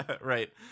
right